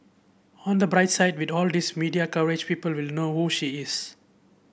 on the bright side with all these media coverage people will know who she is